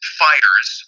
fires